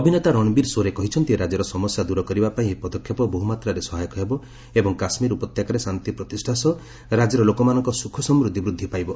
ଅଭିନେତା ରଣବୀର ସୋରେ କହିଛନ୍ତି ରାଜ୍ୟର ସମସ୍ୟା ଦୂର କରିବା ପାଇଁ ଏହି ପଦକ୍ଷେପ ବହୁମାତ୍ରାରେ ସହାୟକ ହେବ ଏବଂ କାଶ୍କୀର ଉପତ୍ୟକାରେ ଶାନ୍ତି ପ୍ରତିଷ୍ଠା ସହ ରାଜ୍ୟର ଲୋକମାନଙ୍କ ସୁଖସମୃଦ୍ଧି ବୃଦ୍ଧି କରିବ